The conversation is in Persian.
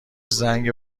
زنگ